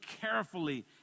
carefully